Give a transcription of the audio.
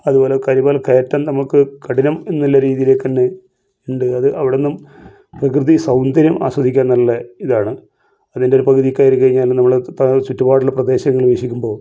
അതുപോലെ കരിമല കയറ്റം നമുക്ക് കഠിനം എന്നുള്ള രീതിയിലേക്ക് ഉണ്ട് ഉണ്ട് അത് അവിടുന്ന് പ്രകൃതി സൗന്ദര്യം ആസ്വദിക്കാൻ നല്ല ഇതാണ് അതിൻ്റെ ഒരു പകുതി കയറി കഴിഞ്ഞാൽ നമ്മള് താഴെ ചുറ്റുപാടിലും പ്രദേശങ്ങൾ വീക്ഷിക്കുമ്പോൾ